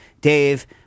Dave